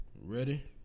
Ready